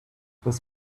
this